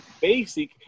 basic